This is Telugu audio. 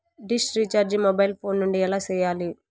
డిష్ రీచార్జి మొబైల్ ఫోను నుండి ఎలా సేయాలి